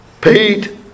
Pete